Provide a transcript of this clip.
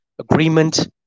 agreement